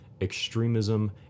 extremism